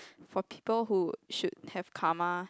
for people who should have karma